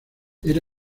era